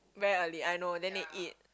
very early I know then they eat